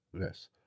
Yes